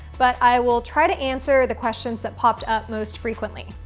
but i will try to answer the questions that popped up most frequently.